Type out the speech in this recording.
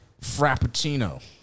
Frappuccino